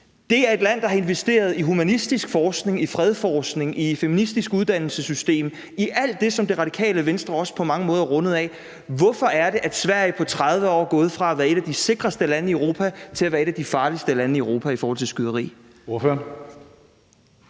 Det er et land, der har investeret i humanistisk forskning, i fredsforskning, i et feministisk uddannelsessystem, i alt det, som Radikale Venstre også på mange måder er rundet af. Hvorfor er det, at Sverige på 30 år er gået fra at være et af de sikreste lande i Europa til at være et af de farligste lande i Europa i forhold til skyderi?